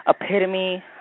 epitome